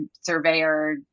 surveyor